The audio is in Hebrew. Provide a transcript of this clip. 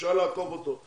אפשר לעקוף אותו.